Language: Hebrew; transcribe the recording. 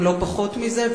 אם לא פחות מזה,